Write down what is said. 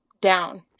down